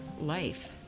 life